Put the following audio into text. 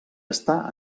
està